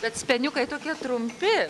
bet speniukai tokie trumpi